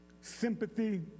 sympathy